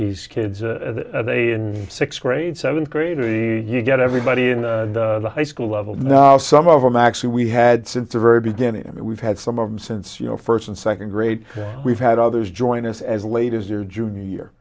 these kids a day in sixth grade seven cratering you get everybody in the high school level now some of them actually we had since the very beginning and we've had some of them since you know first and second grade we've had others join us as late as their junior year